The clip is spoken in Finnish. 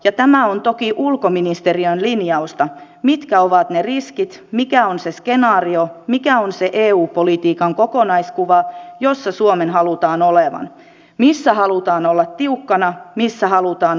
ja tämä on toki ulkoministeriön linjausta mitkä ovat ne riskit mikä on se skenaario mikä on se eu politiikan kokonaiskuva jossa suomen halutaan olevan missä halutaan olla tiukkana missä halutaan olla vähemmän tiukka